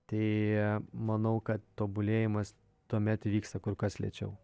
tai manau kad tobulėjimas tuomet vyksta kur kas lėčiau